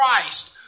Christ